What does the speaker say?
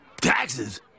Taxes